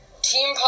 team